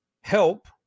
help